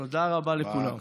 תודה רבה לכולם.